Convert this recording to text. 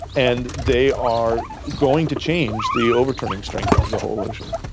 and they are going to change the overturning strength of the whole ocean.